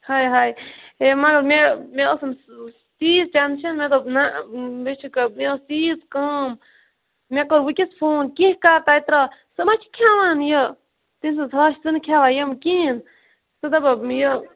ہاے ہاے ہے مگر مےٚ مےٚ اوس تیٖژ ٹٮ۪نشَن مےٚ دوٚپ نہ مےٚ چھ کہ مےٚ ٲسۍ تیٖژ کٲم مےٚ کوٚر ونکیٚس فون کینٛہہ کر تَتہِ تراو سۄ مہ چھِ کھیٚوان یہ تمہ سٕنٛز ہش سۄ نہٕ کھیٚوان یِم کِہیٖنۍ سُہ دَپان یہِ